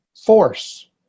force